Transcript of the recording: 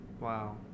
Wow